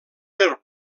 per